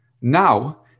Now